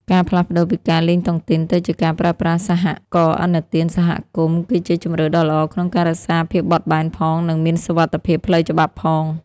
ការផ្លាស់ប្តូរពីការលេងតុងទីន ទៅជាការប្រើប្រាស់ "សហករណ៍ឥណទានសហគមន៍" គឺជាជម្រើសដ៏ល្អក្នុងការរក្សាភាពបត់បែនផង និងមានសុវត្ថិភាពផ្លូវច្បាប់ផង។